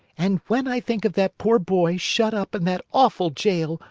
and when i think of that poor boy shut up in that awful jail,